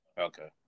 Okay